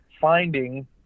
finding